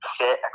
sit